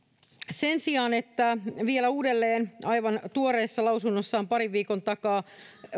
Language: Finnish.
sen sijaan vielä uudelleen aivan tuoreessa lausunnossaan parin viikon takaa